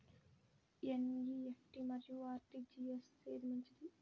NEFT మరియు RTGS ఏది మంచిది?